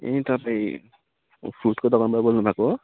ए तपाईँ फ्रुटको दोकानबाट बोल्नुभएको हो